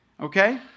Okay